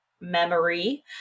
memory